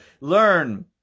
learn